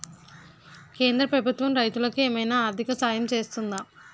కేంద్ర ప్రభుత్వం రైతులకు ఏమైనా ఆర్థిక సాయం చేస్తుందా?